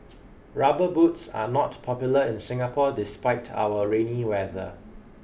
rubber boots are not popular in Singapore despite our rainy weather